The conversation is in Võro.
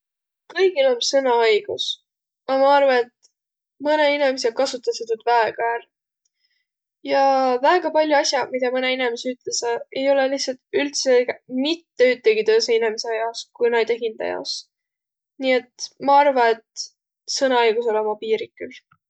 Kõigil om sõnaõigus, a ma arva, et mõnõq inemiseq kasutasõq tuud väega ärq. Ja väega pall'oq as'aq midä mõnõq inemiseq ütleseq, ei olõq lihtsält üldse õigõq mitte ütegi tõõsõ inemise jaos, ku näide hindä jaos, nii et ma arva, et sõnaõigusõl ommaq piiriq külh.